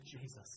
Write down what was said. Jesus